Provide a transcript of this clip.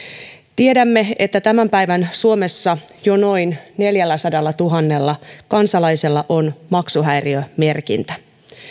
tiedämme että tämän päivän suomessa jo noin neljälläsadallatuhannella kansalaisella on maksuhäiriömerkintä